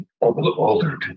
Older